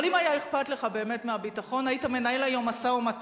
אבל אם היה אכפת לך באמת מהביטחון היית מנהל היום משא-ומתן,